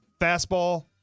fastball